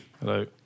Hello